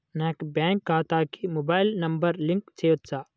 నా యొక్క బ్యాంక్ ఖాతాకి మొబైల్ నంబర్ లింక్ చేయవచ్చా?